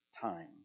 time